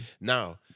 Now